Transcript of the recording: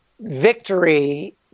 victory